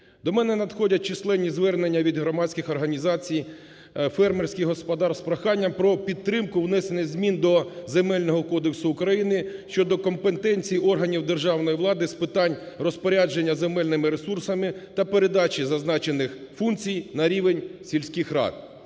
До мене надходять численні звернення від громадських організацій, фермерських господарств з проханням про підтримку внесення змін до Земельного кодексу України щодо компетенції органів державної влади з питань розпорядження земельними ресурсами та передачі зазначених функцій на рівень сільських рад,